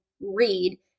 read